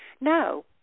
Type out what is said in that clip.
No